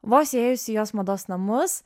vos įėjus į jos mados namus